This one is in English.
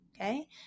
okay